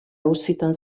auzitan